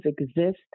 exist